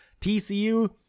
TCU